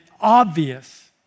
obvious